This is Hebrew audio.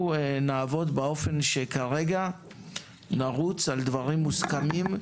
אנחנו נעבוד כך שכרגע נרוץ על דברים מוסכמים,